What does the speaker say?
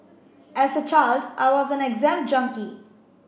as a child I was an exam junkie